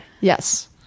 yes